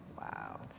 Wow